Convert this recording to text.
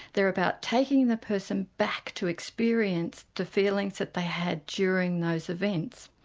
they are about taking the person back to experience the feelings that they had during those events.